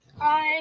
Hi